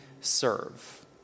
serve